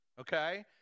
okay